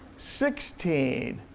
sixteen,